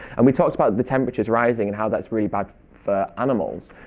and we talked about the temperature's rising and how that's really bad for animals.